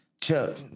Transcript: Chuck